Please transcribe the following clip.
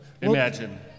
Imagine